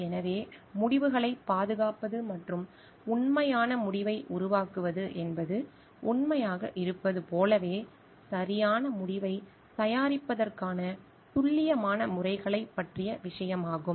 எனவே முடிவைப் பாதுகாப்பது மற்றும் உண்மையான முடிவை உருவாக்குவது என்பது உண்மையாக இருப்பது போலவே சரியான முடிவைத் தயாரிப்பதற்கான துல்லியமான முறைகளைப் பற்றிய விஷயமாகும்